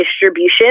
distribution